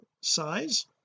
size